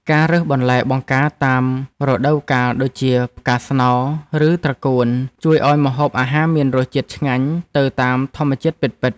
ការរើសបន្លែបង្ការតាមរដូវកាលដូចជាផ្កាស្នោឬត្រកួនជួយឱ្យម្ហូបអាហារមានរសជាតិឆ្ងាញ់ទៅតាមធម្មជាតិពិតៗ។